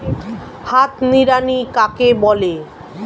হাত নিড়ানি কাকে বলে?